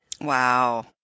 Wow